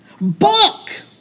book